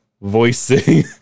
voicing